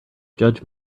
judge